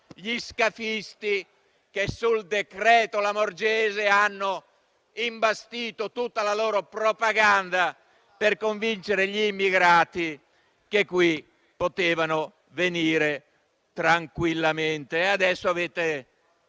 degli scafisti, che sul decreto Lamorgese hanno imbastito tutta la loro propaganda per convincere gli immigrati che in Italia potevano venire tranquillamente. Adesso avete